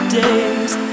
days